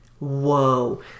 whoa